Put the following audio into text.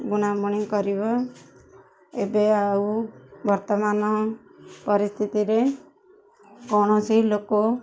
ବୁଣାବୁଣି କରିବ ଏବେ ଆଉ ବର୍ତ୍ତମାନ ପରିସ୍ଥିତିରେ କୌଣସି ଲୋକ